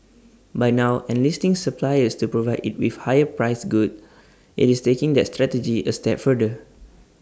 by now enlisting suppliers to provide IT with higher priced goods IT is taking that strategy A step further